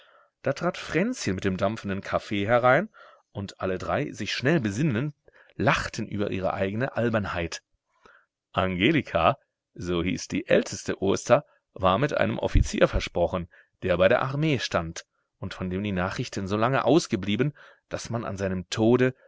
da trat fränzchen mit dem dampfenden kaffee herein und alle drei sich schnell besinnend lachten über ihre eigne albernheit angelika so hieß die älteste oster war mit einem offizier versprochen der bei der armee stand und von dem die nachrichten so lange ausgeblieben daß man an seinem tode